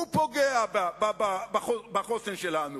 הוא פוגע בחוסן שלנו.